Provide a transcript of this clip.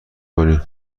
کنی